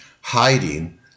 hiding